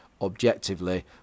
objectively